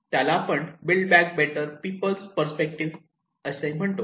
त्याला आपण build back better people's perspective म्हणतो